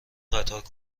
قطارها